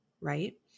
right